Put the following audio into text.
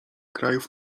krajów